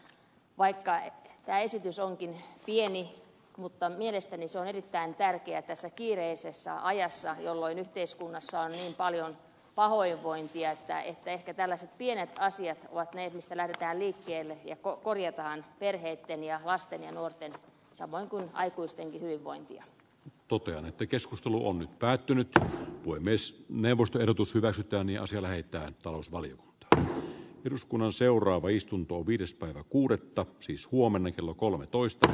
vaikka tämä esitys onkin pieni mielestäni se on erittäin tärkeä tässä kiireisessä ajassa jolloin yhteiskunnassa on niin paljon pahoinvointia että ehkä tällaiset pienet asiat ovat ne mistä lähdetään liikkeelle ja korjataan perheitten ja lasten ja nuorten samoin kuin aikuistenkin hyvinvointia tuto ja nettikeskusteluun päätynyttä voi myös neuvoston ehdotus hyväksytään ja se lähettää talousvalion että eduskunnan seuraava istunto viides kuudetta siis huomenna kello kolmetoista